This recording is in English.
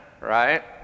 right